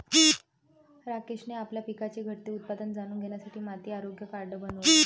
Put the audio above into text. राकेशने आपल्या पिकाचे घटते उत्पादन जाणून घेण्यासाठी माती आरोग्य कार्ड बनवले